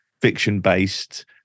fiction-based